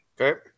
Okay